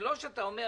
לא שאתה אומר